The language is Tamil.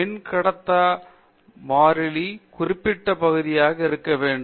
மின்கடத்தா மாறிலி குறிப்பிட்ட மதிப்பாக இருக்க வேண்டும்